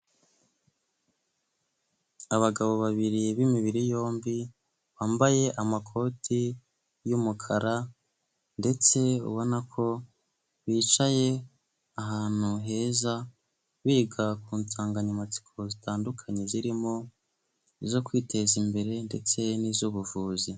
Abagabo babiri b'imibiri yombi; bambaye amakoti y'umukara ndetse ubona ko bicaye ahantu heza; biga ku nsanganyamatsiko zitandukanye; zirimo izo kwiteza imbere ndetse n'iz'ubuvuzi.